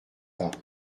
parut